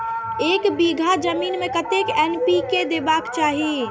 एक बिघा जमीन में कतेक एन.पी.के देबाक चाही?